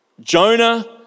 Jonah